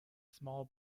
small